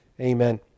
Amen